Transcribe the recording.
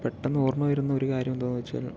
പെട്ടന്ന് ഓർമ്മ വരുന്ന ഒരു കാര്യം എന്താണെന്ന് വെച്ചാൽ